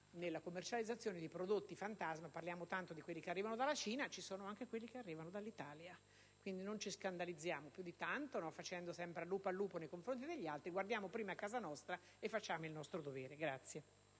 nella commercializzazione di prodotti fantasma. Parliamo tanto di quelli che arrivano dalla Cina, ma ci sono anche quelli prodotti in Italia; dunque, non ci scandalizziamo più di tanto gridando sempre "al lupo, al lupo" nei confronti degli altri, ma guardiamo prima casa nostra e facciamo il nostro dovere.